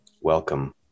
welcome